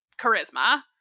charisma